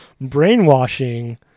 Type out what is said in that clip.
brainwashing